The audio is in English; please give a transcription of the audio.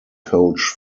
coach